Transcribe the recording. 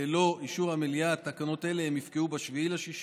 ללא אישור המליאה התקנות האלה יפקעו ב-7 ביוני,